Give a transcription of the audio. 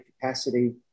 capacity